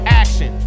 action